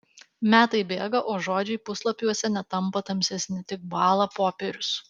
metai bėga o žodžiai puslapiuose netampa tamsesni tik bąla popierius